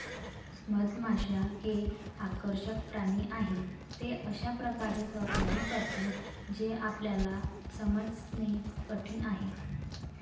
मधमाश्या हे आकर्षक प्राणी आहेत, ते अशा प्रकारे सहकार्य करतात जे आपल्याला समजणे कठीण आहे